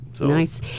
Nice